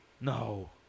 No